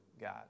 God